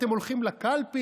אתם הולכים לקלפי,